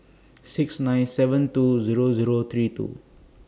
six nine seven two Zero Zero three two